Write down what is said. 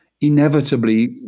inevitably